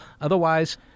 Otherwise